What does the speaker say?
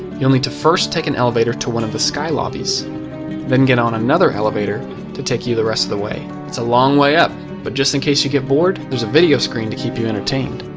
you'll need to first take an elevator to one the sky lobbies then get on another elevator to take you the rest of the way. it's a long way up but just in case you get bored, there's a video screen to keep you entertained.